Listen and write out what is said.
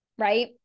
right